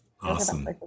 awesome